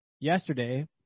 yesterday